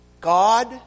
God